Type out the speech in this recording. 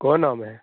कौन आम है